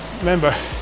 remember